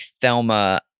Thelma